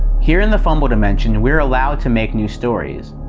here in the fumble dimension, we're allowed to make new stories.